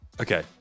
Okay